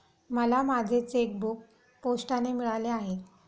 मला माझे चेकबूक पोस्टाने मिळाले आहे